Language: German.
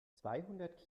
zweihundert